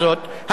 המסוכנת,